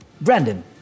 Brandon